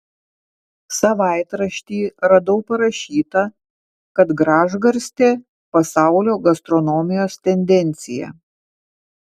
savaitrašty radau parašyta kad gražgarstė pasaulio gastronomijos tendencija